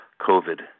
covid